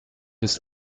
des